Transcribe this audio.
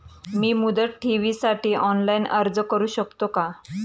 मी मुदत ठेवीसाठी ऑनलाइन अर्ज करू शकतो का?